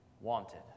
wanted